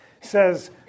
says